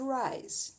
rise